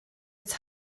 its